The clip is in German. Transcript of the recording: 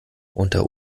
unter